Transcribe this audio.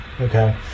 okay